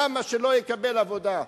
למה שלא יקבל עבודה?